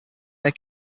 are